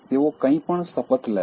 તેઓ કંઈપણ શપથ લેશે